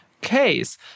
case